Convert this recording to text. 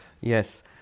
Yes